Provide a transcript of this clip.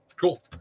Cool